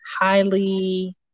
highly